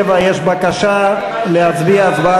86, בעדה, 38, נגדה,